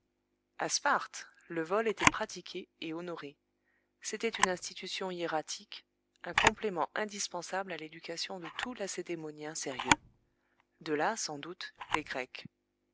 sparte le vol était pratiqué et honoré c'était une institution hiératique un complément indispensable à l'éducation de tout lacédémonien sérieux de là sans doute les grecs